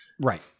Right